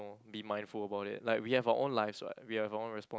know be mindful about it like we have our own lives [what] we have our own respon~